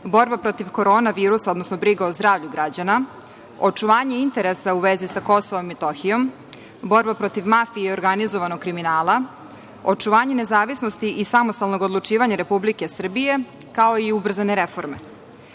borba protiv korona virusa, odnosno briga o zdravlju građana, očuvanje interesa u vezi sa Kosovom i Metohijom, borba protiv mafije i organizovanog kriminala, očuvanje nezavisnosti i samostalnog odlučivanja Republike Srbije, kao i ubrzane reforme. Sve